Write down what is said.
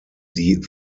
die